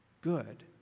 good